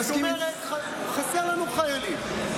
זאת אומרת, חסרים לנו חיילים.